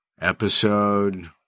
Episode